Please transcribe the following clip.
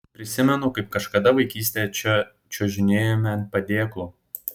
prisimenu kaip kažkada vaikystėje čia čiuožinėjome ant padėklo